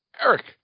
Eric